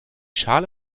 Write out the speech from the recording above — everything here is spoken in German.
schale